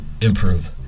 improve